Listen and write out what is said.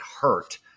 hurt